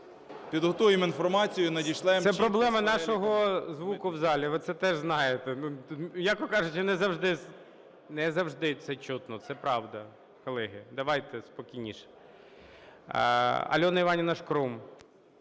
Це проблема нашого звуку в залі, ви це теж знаєте, м'яко кажучи, не завжди це чутко, це правда. Колеги, давайте спокійніше. Альона Іванівна Шкрум.